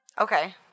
Okay